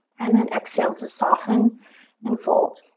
and then exhale to soften and fold.